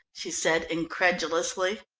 she said incredulously.